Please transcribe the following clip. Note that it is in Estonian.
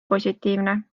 positiivne